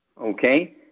Okay